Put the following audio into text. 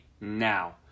now